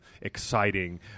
exciting